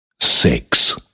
six